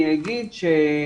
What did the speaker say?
אני אומר שבעינינו,